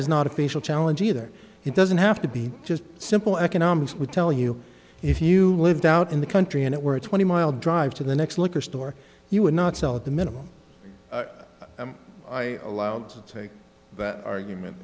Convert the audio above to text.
is not a facial challenge either he doesn't have to be just simple economics would tell you if you lived out in the country and it were a twenty mile drive to the next liquor store you would not sell at the minimum i allowed to take that argument